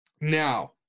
Now